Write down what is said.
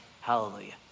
Hallelujah